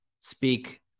speak